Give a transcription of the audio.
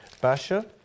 Basha